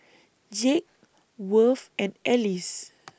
Jake Worth and Alyce